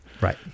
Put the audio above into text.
Right